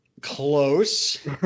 Close